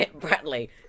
Bradley